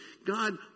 God